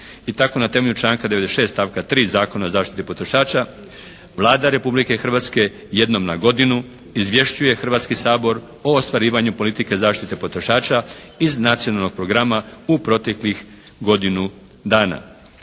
I tako na temelju članka 96. stavka 3. Zakona o zaštiti potrošača Vlada Republike Hrvatske jednom na godinu izvješćuje Hrvatski sabor o ostvarivanju politike zaštite potrošača iz Nacionalnog programa u proteklih godinu dana.